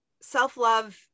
self-love